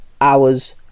hours